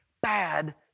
bad